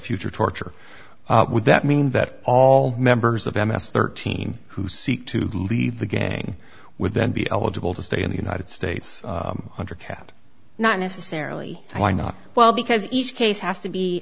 future torture would that mean that all members of m s thirteen who seek to leave the gang would then be eligible to stay in the united states under cat not necessarily why not well because each case has to be